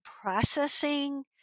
processing